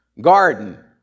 garden